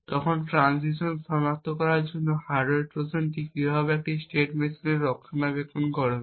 তখন ট্রানজিশন শনাক্ত করার জন্য হার্ডওয়্যার ট্রোজান কীভাবে একটি স্টেট মেশিন রক্ষণাবেক্ষণ করবে